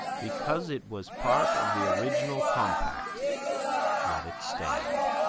because it was part of the original compact let it stand.